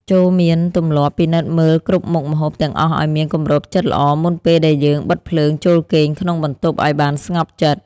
ចូរមានទម្លាប់ពិនិត្យមើលគ្រប់មុខម្ហូបទាំងអស់ឱ្យមានគម្របជិតល្អមុនពេលដែលយើងបិទភ្លើងចូលគេងក្នុងបន្ទប់ឱ្យបានស្ងប់ចិត្ត។